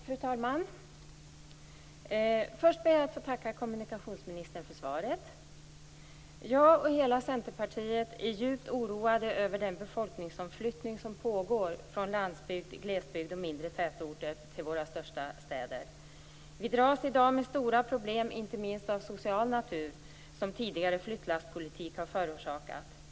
Fru talman! Först ber jag att få tacka kommunikationsministern för svaret. Jag och hela Centerpartiet är djupt oroade över den befolkningsomflyttning som pågår från landsbygd, glesbygd och mindre tätorter till våra största städer. Vi dras i dag med stora problem, inte minst av social natur, som tidigare flyttlasspolitik har förorsakat.